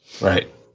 Right